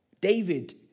David